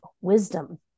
wisdom